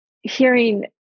hearing